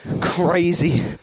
crazy